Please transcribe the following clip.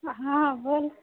हँ बोलु